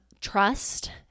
trust